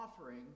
offering